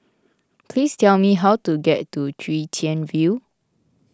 please tell me how to get to Chwee Chian View